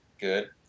Good